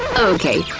okay,